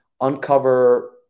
uncover